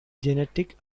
genetic